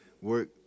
work